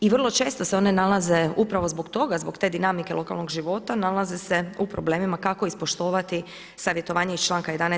I vrlo često se one nalaze upravo zbog toga zbog te dinamike lokalnog života nalaze se u problemima kako ispoštovati savjetovanje iz članka 11.